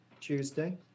Tuesday